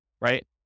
right